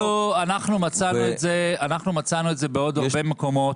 אנחנו מצאנו את זה בעוד הרבה מקומות